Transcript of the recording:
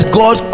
god